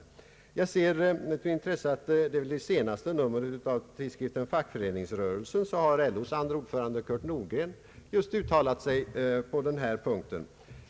Jag ser med intresse att i senaste numret av tidskriften Fackföreningsrörelsen har LO:s andre ordförande Kurt Nordgren uttalat sig på den här punkten.